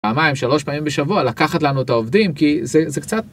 פעמיים שלוש פעמים בשבוע לקחת לנו את העובדים כי זה קצת.